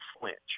flinch